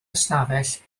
ystafell